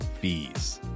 fees